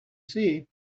see